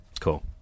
cool